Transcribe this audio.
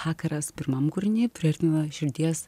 hakaras pirmam kūrinį priartina širdies